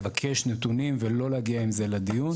לבקש נתונים ולא להגיע עם זה לדיון.